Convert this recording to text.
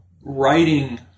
writing